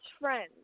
friends